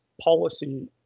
policy